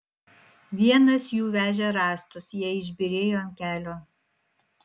vienas jų vežė rąstus jie išbyrėjo ant kelio